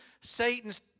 Satan's